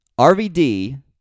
RVD